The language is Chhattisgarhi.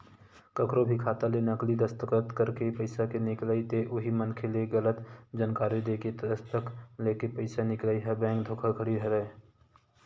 कखरो भी खाता ले नकली दस्कत करके पइसा के निकलई ते उही मनखे ले गलत जानकारी देय के दस्कत लेके पइसा निकलई ह बेंक धोखाघड़ी हरय